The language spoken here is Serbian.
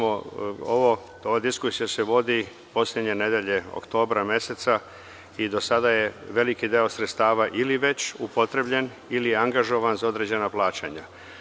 Ova diskusija se vodi od poslednje nedelje oktobra meseca i do sada je veliki deo sredstava ili već upotrebljen ili angažovan za određena plaćanja.